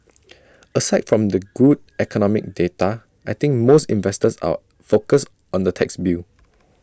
aside from the good economic data I think most investors are focused on the tax bill